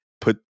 put